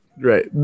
Right